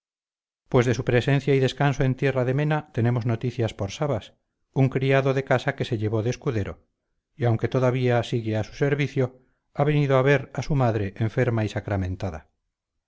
pues de su presencia y descanso en tierra de mena tenemos noticia por sabas un criado de casa que se llevó de escudero y aunque todavía sigue a su servicio ha venido a ver a su madre enferma y sacramentada